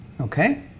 Okay